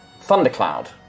thundercloud